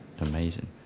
Amazing